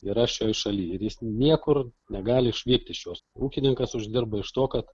yra šioj šaly ir jis niekur negali išvykt iš jos ūkininkas uždirba iš to kad